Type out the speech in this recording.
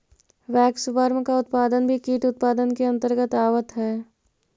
waxworm का उत्पादन भी कीट उत्पादन के अंतर्गत आवत है